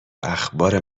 اخبار